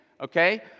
Okay